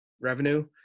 revenue